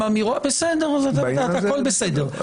אז בסדר, הכל בסדר.